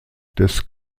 des